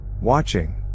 Watching